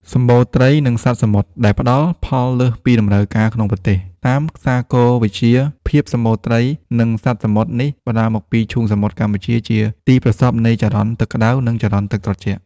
សម្បូរត្រី និងសត្វសមុទ្រ ដែលផ្តល់ផលលើសពីតម្រូវការក្នុងប្រទេស។ តាមសាគរវិទ្យា ភាពសម្បូរត្រី និងសត្វសមុទ្រនេះបណ្តាលមកពីឈូងសមុទ្រកម្ពុជាជា ទីប្រសព្វនៃចរន្តទឹកក្តៅ និងចរន្តទឹកត្រជាក់។